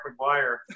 McGuire